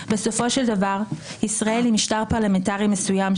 בסופו של דבר ישראל היא משטר פרלמנטרי מסוים.